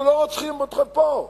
אנחנו לא רוצים אתכם פה.